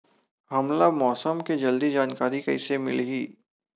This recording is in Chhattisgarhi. हमला मौसम के जल्दी जानकारी कइसे मिलही?